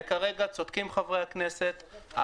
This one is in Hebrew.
וכרגע צודקים חברי הכנסת,